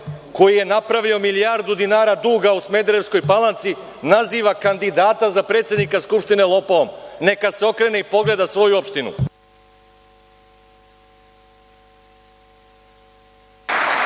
koji je napravio milijardu dinara duga u Smederevskoj Palanci naziva kandidata za predsednika Skupštine lopovom. Neka se okrene i pogleda svoju opštinu.